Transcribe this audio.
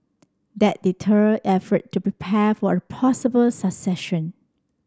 that deter effort to prepare for a possible succession